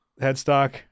headstock